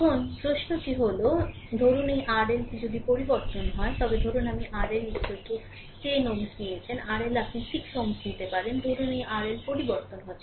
এখন প্রশ্ন হল ধরুন এই RLটি যদি পরিবর্তন হয় তবে ধরুন আপনি RL 10 Ω নিয়েছেন RL আপনি 6 Ω নিতে পারেন ধরুন এই RL পরিবর্তন হচ্ছে